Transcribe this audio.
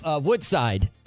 Woodside